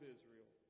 Israel